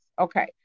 Okay